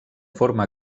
forma